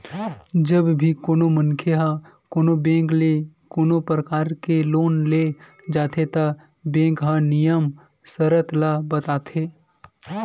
जब भी कोनो मनखे ह कोनो बेंक ले कोनो परकार के लोन ले जाथे त बेंक ह नियम सरत ल बताथे